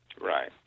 Right